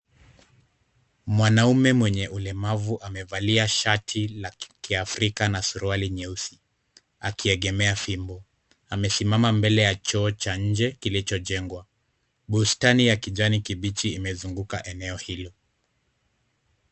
Mwanamume mwenye ulemavu amevalia shati la kiafrika na suruali nyeusi akiegemea fimbo. Amesimama mbele ya choo cha nje kilichojengwa. Bustani ya kijani kibichi imezunguka eneo hilo.